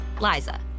liza